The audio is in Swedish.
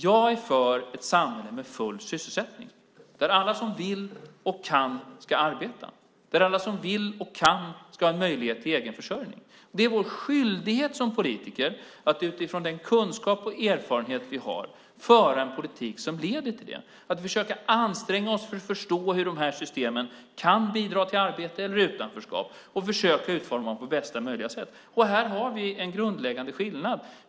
Jag är för ett samhälle med full sysselsättning, där alla som vill och kan ska arbeta och där alla som vill och kan ska ha möjlighet till egen försörjning. Det är vår skyldighet som politiker att utifrån den kunskap och erfarenhet vi har föra en politik som leder till det och att anstränga oss för att försöka förstå hur systemen kan bidra till arbete eller utanförskap och försöka utforma dem på bästa möjliga sätt. Här har vi en grundläggande skillnad.